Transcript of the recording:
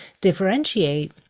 differentiate